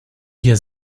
hier